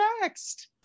next